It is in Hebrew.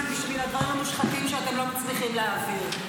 בשביל הדברים המושחתים שאתם לא מצליחים להעביר?